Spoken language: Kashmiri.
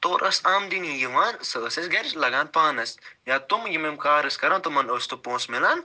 تورٕ ٲسۍ آمدٔنی یِوان سۄ ٲس اسہِ گھرِ چھِ لَگان پانَس یا تِم یِم یِم کار ٲسۍ کران تِمَن اوس نہٕ پونٛسہٕ میلان